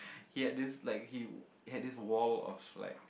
he had this like he had this wall of like